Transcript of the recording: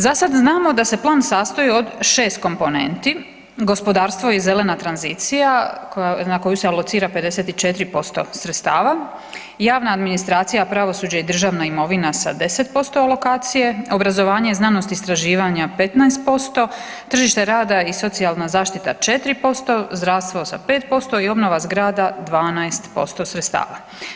Za sad znamo da se plan sastoji od šest komponenti, gospodarstvo i zelena tranzicija, na koju se alocira 54% sredstava, javna administracija pravosuđa i državne imovina sa 10% alokacije, obrazovanje, znanost, istraživanja 15%, tržište rada i socijalna zašita 4%, zdravstvo sa 5% i obnova zgrada 12% sredstava.